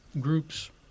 groups